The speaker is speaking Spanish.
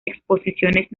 exposiciones